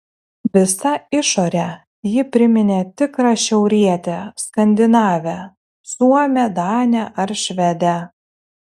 visa išore ji priminė tikrą šiaurietę skandinavę suomę danę ar švedę